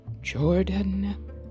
Jordan